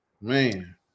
Man